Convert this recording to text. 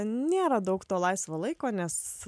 nėra daug to laisvo laiko nes